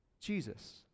Jesus